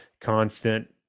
constant